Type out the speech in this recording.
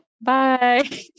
Bye